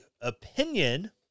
opinion